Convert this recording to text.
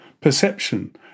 perception